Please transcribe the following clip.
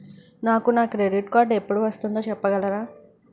నాకు నా credit card ఎపుడు వస్తుంది చెప్పగలరా?